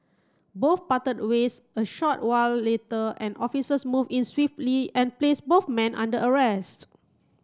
both parted ways a short while later and officers moved in swiftly and placed both men under arrest